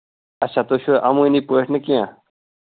اچھا تُہۍ چھِوا اَمٲنی پٲٹھۍ نہٕ کیٚنٛہہ